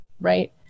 right